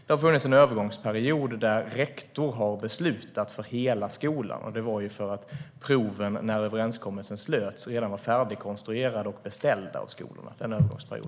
Det har funnits en övergångsperiod där rektor har beslutat för hela skolan. Det var för att proven redan var färdigkonstruerade och beställda av skolorna när överenskommelsen slöts.